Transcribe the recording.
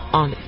on